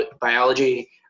biology